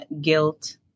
guilt